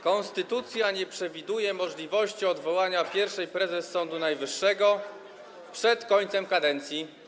Konstytucja nie przewiduje możliwości odwołania pierwszej prezes Sądu Najwyższego przed końcem kadencji.